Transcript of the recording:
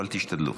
אבל תשתדלו.